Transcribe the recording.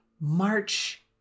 March